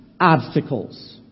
obstacles